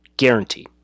Guarantee